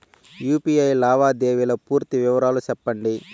UPI లావాదేవీల పూర్తి వివరాలు సెప్పండి?